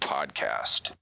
Podcast